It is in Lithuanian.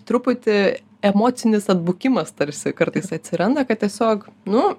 truputį emocinis atbukimas tarsi kartais atsiranda kad tiesiog nu